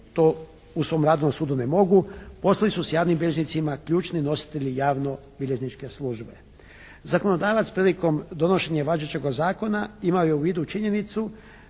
to u svom radu na sudu ne mogu, postali su s javnim bilježnicima ključni nositelji javnobilježničke službe. Zakonodavac prilikom donošenja važećega zakona ima u vidu činjenicu